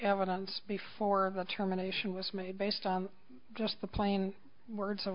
evidence before the terminations was made based on just the plain words